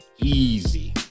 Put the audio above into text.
easy